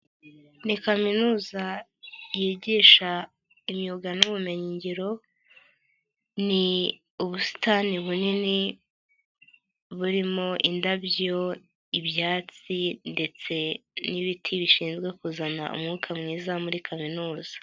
Ni kaminuza yigisha imyuga n'ubumenyingiro, ni ubusitani bunini burimo indabyo, ibyatsi ndetse n'ibiti bishinzwe kuzana umwuka mwiza muri kaminuza.